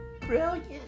brilliant